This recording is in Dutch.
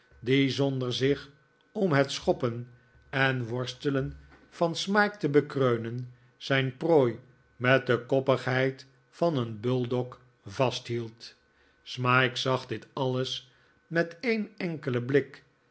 zonder zich om het schoppen en worstelen van smike te bekreunen zijn prooi met de koppigheid van een buldog vasthield smike zag dit alles met een enkelen blik